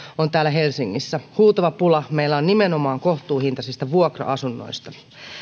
on täällä helsingissä huutava pula meillä on nimenomaan kohtuuhintaisista vuokra asunnoista